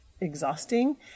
exhausting